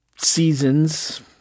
seasons